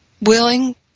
willing